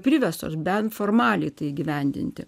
priverstos bent formaliai tai įgyvendinti